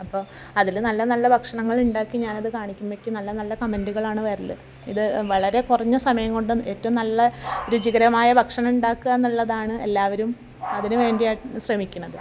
അപ്പോൾ അതിൽ നല്ല നല്ല ഭക്ഷണങ്ങൾ ഉണ്ടാക്കി ഞാനത് കാണിക്കുമ്പോഴേക്കും നല്ല നല്ല കമന്റുകളാണ് വരൽ ഇത് വളരെ കുറഞ്ഞ സമയംകൊണ്ടും ഏറ്റവും നല്ല രുചികരമായ ഭക്ഷണം ഉണ്ടാക്കുക എന്നുള്ളതാണ് എല്ലാവരും അതിന് വേണ്ടിയാണ് ശ്രമിക്കുന്നത്